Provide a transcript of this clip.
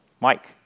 Mike